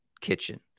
kitchen